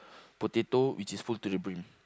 potato which is full to the brim